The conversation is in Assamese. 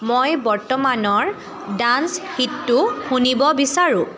মই বৰ্তমানৰ ডান্স হিটটো শুনিব বিচাৰোঁ